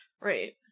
Right